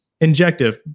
Injective